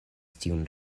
tiun